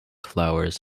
flowers